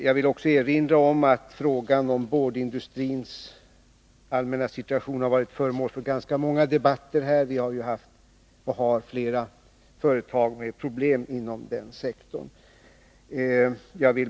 Jag vill också erinra om att frågan om boardindustrins allmänna situation har varit föremål för ganska många debatter. Vi har haft och har flera företag med problem inom den sektorn.